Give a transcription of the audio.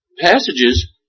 passages